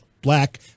black